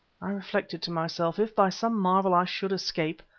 i reflected to myself, if by some marvel i should escape,